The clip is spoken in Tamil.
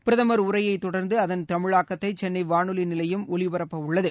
பிரதமர் உரையை தொடர்ந்து அதன் தமிழாக்கத்தை சென்ளை வானொலி நிலையம் ஒலிபரப்பவுள்ளது